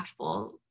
impactful